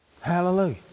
Hallelujah